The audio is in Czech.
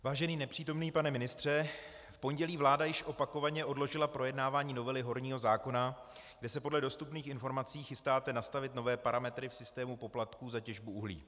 Vážený nepřítomný pane ministře, v pondělí vláda již opakovaně odložila projednávání novely horního zákona, kde se podle dostupných informací chystáte nastavit nové parametry v systému poplatků za těžbu uhlí.